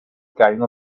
carrying